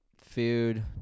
food